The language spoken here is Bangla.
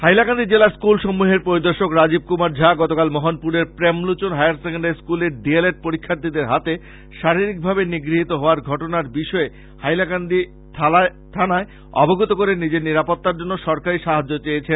হাইলাকান্দি জেলার স্কুল সমূহের পরিদর্শক রাজীব কুমার ঝা গতকাল মোহনপুরের প্রেমলোচন হায়ারসেকেন্ডারি স্কুলে ডি এল এড পরিক্ষার্থীদের হাতে শারীরিকভাবে নিগ্রহ হোয়ার ঘটনার বিষয়টি হাইলাকান্দি থানায় অবগত করে নিজের নিরাপত্তার জন্য সরকারী সাহায্য চেয়েছেন